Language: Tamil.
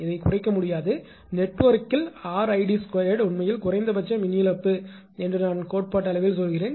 இதை குறைக்க முடியாது நெட்வொர்க்கில் 𝑅𝐼d2 உண்மையில் குறைந்தபட்ச மின் இழப்பு என்று நான் கோட்பாட்டளவில் சொல்கிறேன்